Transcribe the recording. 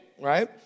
Right